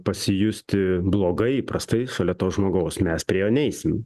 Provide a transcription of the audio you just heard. pasijusti blogai prastai šalia to žmogaus mes prie jo neisim